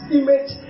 image